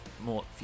more